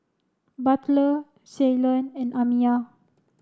Butler Ceylon and Amiya